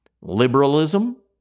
liberalism